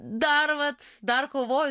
dar vat dar kovoju